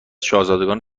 شاهزادگان